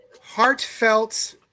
heartfelt